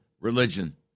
religion